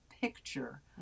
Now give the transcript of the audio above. picture